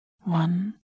one